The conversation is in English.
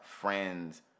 friends